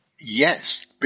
yes